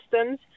systems